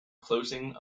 closing